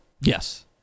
Yes